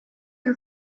you